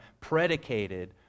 predicated